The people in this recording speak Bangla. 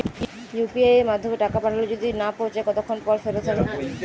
ইউ.পি.আই য়ের মাধ্যমে টাকা পাঠালে যদি না পৌছায় কতক্ষন পর ফেরত হবে?